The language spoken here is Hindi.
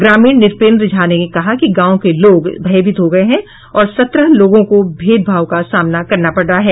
ग्रामीण नुपेन्द्र झा ने कहा कि गांव के लोग भयभीत हो गये हैं और सत्रह लोगों को भेदभाव का सामना करना पड़ रहा है